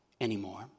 anymore